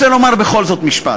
רוצה לומר בכל זאת משפט.